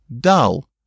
dull